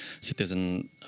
citizen